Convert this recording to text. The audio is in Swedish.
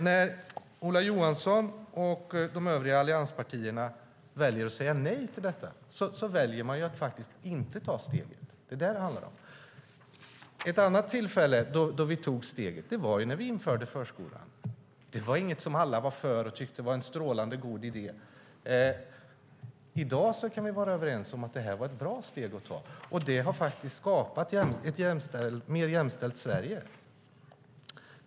När Ola Johansson och de övriga allianspartierna väljer att säga nej till detta väljer man att inte ta steget. Det är vad det handlar om. Ett annat tillfälle då vi tog steget var när vi införde förskolan. Det var inget som alla var för och tyckte var en strålande god idé. Men i dag kan vi vara överens om att det var ett bra steg att ta. Det har faktiskt skapat ett mer jämställt Sverige.